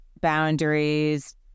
boundaries